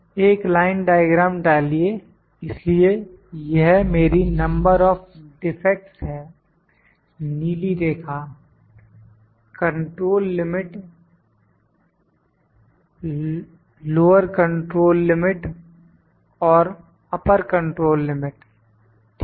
एक line diagram डालिए इसलिए यह मेरी नंबर ऑफ डिफेक्ट्स है नीली रेखा control limit lower control limit और अपर कंट्रोल लिमिट ठीक है